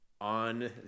on